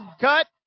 cut